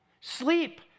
Sleep